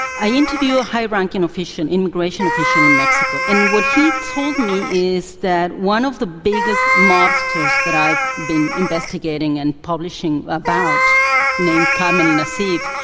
i interviewed a high ranking immigration official in mexico, and what he told me is that one of the biggest mobsters that i've been investigating and publishing about named kamel nacif,